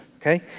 okay